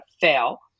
fail